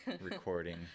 recording